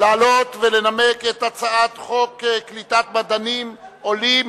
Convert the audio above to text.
לעלות ולנמק את הצעת חוק קליטת מדענים עולים.